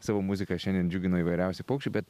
savo muzika šiandien džiugino įvairiausi paukščiai bet